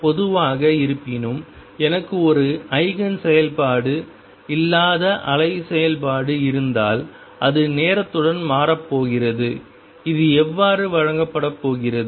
பொதுவாக இருப்பினும் எனக்கு ஒரு ஐகேன் செயல்பாடு இல்லாத அலை செயல்பாடு இருந்தால் அது நேரத்துடன் மாறப்போகிறது இது எவ்வாறு வழங்கப்படப் போகிறது